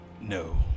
no